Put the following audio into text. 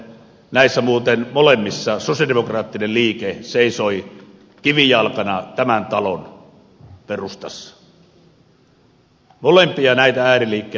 näissä muuten molemmissa sosialidemokraattinen liike seisoi kivijalkana tämän talon perustassa molempia näitä ääriliikkeitä vastaan